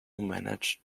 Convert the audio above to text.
managed